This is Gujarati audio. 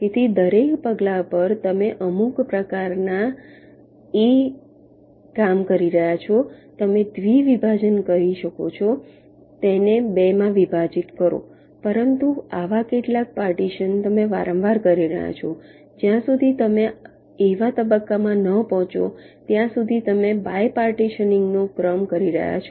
તેથી દરેક પગલા પર તમે અમુક પ્રકારનું a કરી રહ્યા છો તમે દ્વિ વિભાજન કહી શકો છો તેને 2 માં વિભાજિત કરો પરંતુ આવા કેટલાક પાર્ટીશન તમે વારંવાર કરી રહ્યા છો જ્યાં સુધી તમે એવા તબક્કામાં ન પહોંચો ત્યાં સુધી તમે બાય પાર્ટીશનીંગનો ક્રમ કરી રહ્યા છો